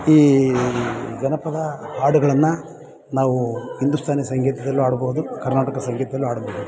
ಈ ಜನಪದ ಹಾಡುಗಳನ್ನು ನಾವು ಹಿಂದೂಸ್ತಾನಿ ಸಂಗೀತದಲ್ಲೂ ಹಾಡ್ಬಹುದು ಕರ್ನಾಟಕ ಸಂಗೀತದಲ್ಲೂ ಹಾಡಬಹುದು